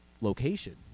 location